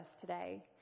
today